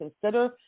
Consider